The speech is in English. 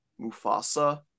Mufasa